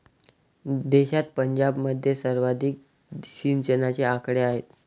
देशात पंजाबमध्ये सर्वाधिक सिंचनाचे आकडे आहेत